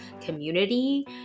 community